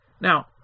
Now